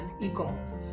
e-commerce